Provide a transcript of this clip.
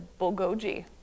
bulgogi